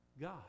God